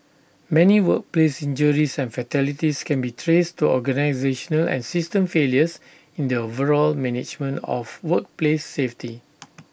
many workplace injuries and fatalities can be traced to organisational and system failures in the overall management of workplace safety